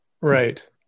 right